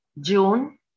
June